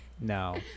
No